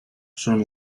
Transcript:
son